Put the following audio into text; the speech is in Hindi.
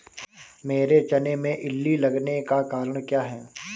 मेरे चने में इल्ली लगने का कारण क्या है?